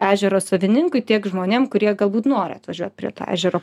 ežero savininkui tiek žmonėm kurie galbūt nori atvažiuot prie to ežero